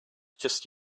just